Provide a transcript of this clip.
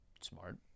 smart